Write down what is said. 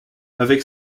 avec